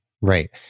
Right